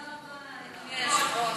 תודה רבה, אדוני היושב-ראש.